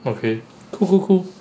okay cool 不 cool